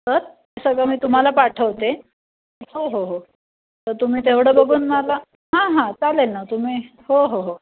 तर ते सगळं मी तुम्हाला पाठवते हो हो हो तर तुम्ही तेवढं बघून मला हां हां चालेल ना तुम्ही हो हो हो